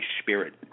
spirit